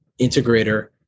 integrator